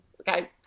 okay